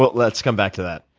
but let's come back to that.